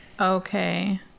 okay